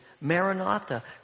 Maranatha